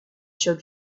showed